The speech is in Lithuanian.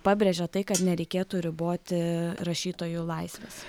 pabrėžia tai kad nereikėtų riboti rašytojų laisvės